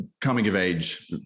coming-of-age